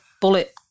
bullet